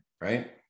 right